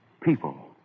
People